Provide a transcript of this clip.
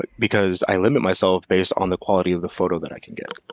but because i limit myself based on the quality of the photo that i can get